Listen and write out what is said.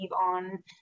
on